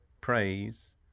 praise